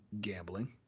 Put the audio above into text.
gambling